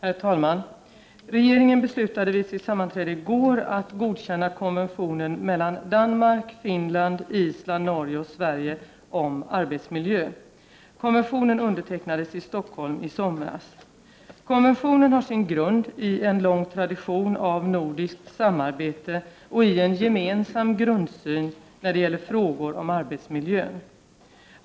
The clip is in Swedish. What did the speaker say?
Herr talman! Regeringen beslutade vid sitt sammanträde i går att godkänna konventionen mellan Danmark, Finland, Island, Norge och Sverige om arbetsmiljö. Konventionen undertecknades i Stockholm i somras. Konventionen har sin grund i en lång tradition av nordiskt samarbete och i en gemensam grundsyn när det gäller frågor om arbetsmiljön.